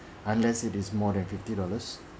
unless it is more than fifty dollars